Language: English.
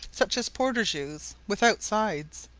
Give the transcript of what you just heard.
such as porters use, without sides,